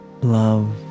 Love